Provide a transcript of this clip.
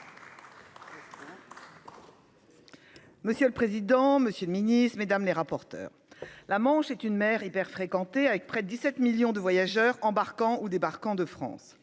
Monsieur le président, monsieur le secrétaire d'État, mes chers collègues, la Manche est une mer hyperfréquentée, près de 17 millions de voyageurs embarquant ou débarquant de France.